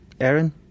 Aaron